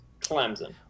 Clemson